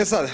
E sada